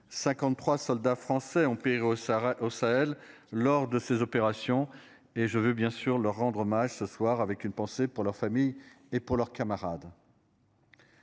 53 soldats français ont pire au Sahara au Sahel lors de ces opérations et je veux bien sûr leur rendre hommage ce soir avec une pensée pour la famille et pour leurs camarades.